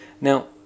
Now